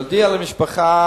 להודיע למשפחה,